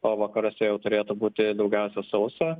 o vakaruose jau turėtų būti daugiausia sausa